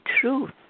truth